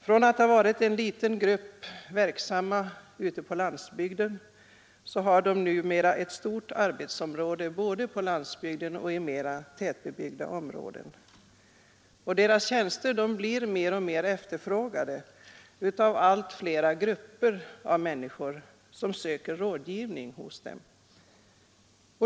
Från att ha varit en liten grupp verksamma ute på landsbygden har de numera ett stort arbetsområde både på landsbygden och i mera tätbebyggda områden. Deras tjänster blir mer och mer efterfrågade av allt fler grupper av människor som söker rådgivning hos dem.